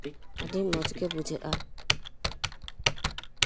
ᱟᱹᱰᱤ ᱢᱚᱡᱽ ᱜᱮ ᱵᱩᱡᱷᱟᱹᱜᱼᱟ